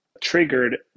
triggered